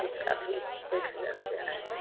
इसकी फीस एक हज़ार रुपये है